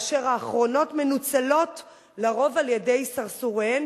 והאחרונות מנוצלות לרוב על-ידי סרסוריהן